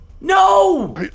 No